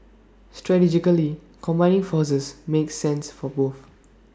strategically combining forces makes sense for both